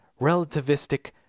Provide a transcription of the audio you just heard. relativistic